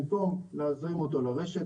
במקום להזרים אותו לרשת,